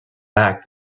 back